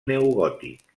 neogòtic